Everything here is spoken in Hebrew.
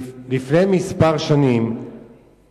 לפני כמה שנים